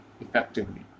effectively